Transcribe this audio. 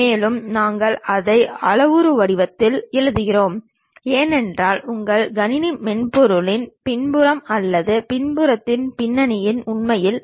இதில் ஒன்றுக்கொன்று செங்குத்தான தளங்களில் இருந்து ஒரு பொருளின் வெவ்வேறு தோற்றத்தை காண்பதாகும்